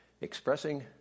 expressing